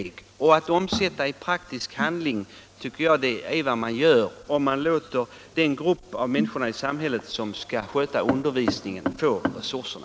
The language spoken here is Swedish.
När det gäller behovet av att omsätta resultat i praktisk handling tycker jag att det är i linje med denna strävan att låta den grupp av människor i samhället som skall sköta undervisningen också få resurserna.